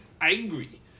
angry